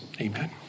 Amen